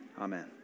Amen